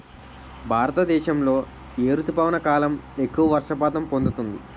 భారతదేశంలో ఏ రుతుపవన కాలం ఎక్కువ వర్షపాతం పొందుతుంది?